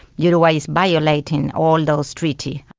uruguay is violating all those treaties.